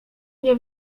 nie